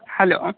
hello